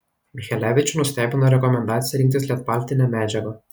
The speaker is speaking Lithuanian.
michelevičių nestebino rekomendacija rinktis lietpaltinę medžiagą